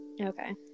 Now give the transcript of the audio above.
Okay